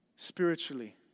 spiritually